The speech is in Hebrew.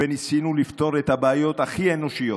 וניסינו לפתור את הבעיות הכי אנושיות.